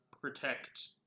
protect